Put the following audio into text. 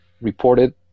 reported